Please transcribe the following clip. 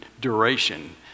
duration